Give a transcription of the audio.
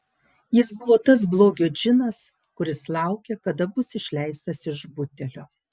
jis buvo tas blogio džinas kuris laukia kada bus išleistas iš butelio